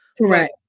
Right